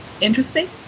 interesting